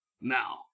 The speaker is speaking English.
Now